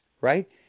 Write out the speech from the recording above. right